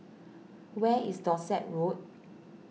where is Dorset Road